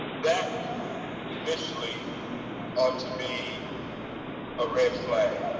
that initially ought to be a red flag.